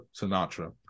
Sinatra